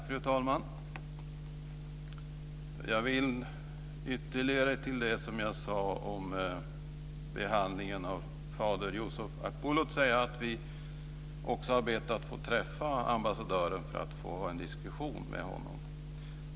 Fru talman! Jag vill ytterligare till det som jag sade om behandlingen av fader Yusuf Akbulut säga att vi har bett att få träffa ambassadören för att få en diskussion med honom.